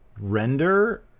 render